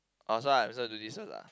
oh so I'm I supposed to do this first ah